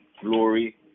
glory